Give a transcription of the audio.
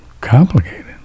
complicated